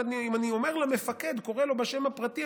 ואם אני קורא למפקד בשם הפרטי,